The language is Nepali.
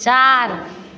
चार